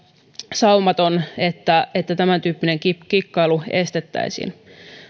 saumaton että että tämäntyyppinen kikkailu estettäisiin